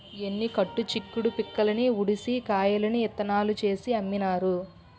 ఎన్ని కట్టు చిక్కుడు పిక్కల్ని ఉడిసి కాయల్ని ఇత్తనాలు చేసి అమ్మినారు